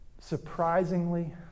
surprisingly